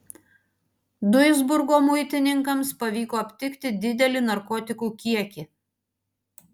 duisburgo muitininkams pavyko aptikti didelį narkotikų kiekį